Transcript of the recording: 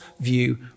view